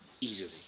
easily